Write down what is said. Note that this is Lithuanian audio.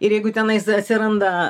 ir jeigu tenai atsiranda